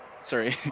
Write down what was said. Sorry